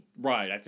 Right